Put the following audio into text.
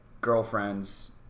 girlfriends